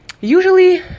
usually